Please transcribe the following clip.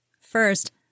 First